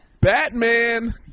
Batman